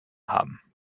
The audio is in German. haben